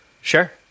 sure